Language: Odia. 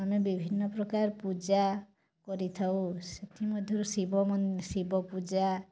ଆମେ ବିଭିନ୍ନ ପ୍ରକାର ପୂଜା କରିଥାଉ ସେଥିମଧ୍ୟରୁ ଶିବ ଶିବ ପୂଜା